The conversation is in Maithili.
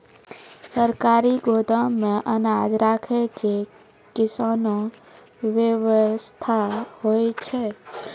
सरकारी गोदाम मे अनाज राखै के कैसनौ वयवस्था होय छै?